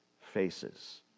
faces